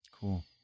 cool